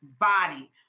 body